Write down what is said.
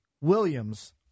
Williams